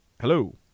hello